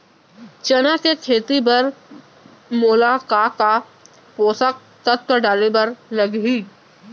चना के खेती बर मोला का का पोसक तत्व डाले बर लागही?